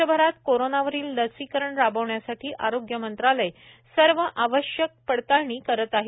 देशभरात कोरोनावरील लसीकरण राबवण्यासाठी आरोग्य मंत्रालय सर्व आवश्यक पडताळणी करत आहे